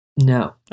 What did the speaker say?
No